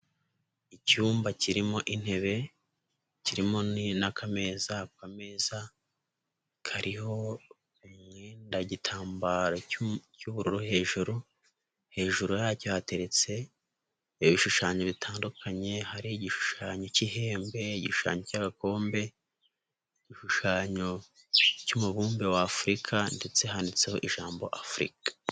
Icyumba kirimo intebe, kirimo n'akameza, akameza kariho umwenda w'igitambaro cy'ubururu hejuru, hejuru yacyo hateretse ibishushanyo bitandukanye, hari igishushanyo cy'ihembe, igishushanyo cy'agakombe, igishushanyo cy'umubumbe w'Afurika ndetse handitseho ijambo a Afurika.